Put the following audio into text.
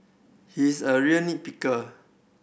he is a real nit picker